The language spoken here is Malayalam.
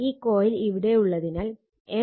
ഈ കോയിൽ ഇവിടെയുള്ളതിനാൽ M